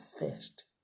first